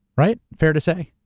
right? fair to say?